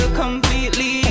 completely